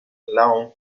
lawn